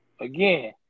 Again